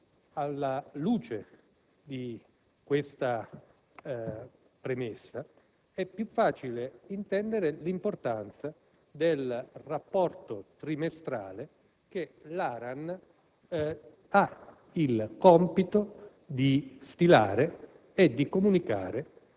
alla luce di essa è più facile intendere l'importanza del rapporto trimestrale che l'ARAN ha il compito di stilare e di comunicare